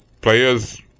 players